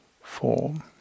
form